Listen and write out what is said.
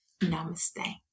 Namaste